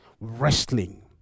wrestling